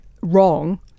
wrong